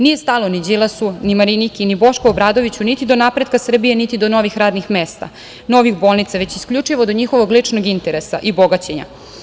Nije stalno ni Đilasu, ni Mariniki, ni Bošku Obradoviću niti do napretka Srbije niti do novih radnih mesta, novih bolnica, već isključivo do njihovog ličnog interesa i bogaćenja.